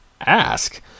ask